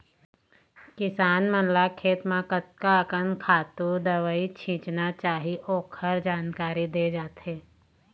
किसान मन ल खेत म कतका अकन खातू, दवई छिचना चाही ओखर जानकारी दे जाथे